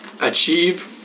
achieve